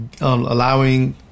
allowing